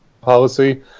policy